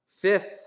Fifth